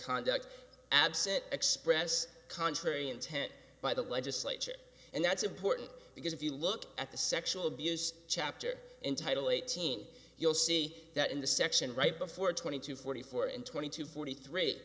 absent express contrary intent by the legislature and that's important because if you look at the sexual abuse chapter in title eighteen you'll see that in the section right before twenty two forty four and twenty two forty three